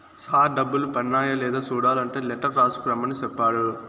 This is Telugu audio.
సార్ డబ్బులు పన్నాయ లేదా సూడలంటే లెటర్ రాసుకు రమ్మని సెప్పాడు